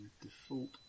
Default